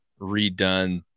redone